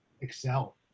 Excel